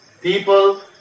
People